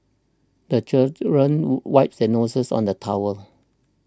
the children wipe their noses on the towel